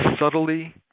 subtly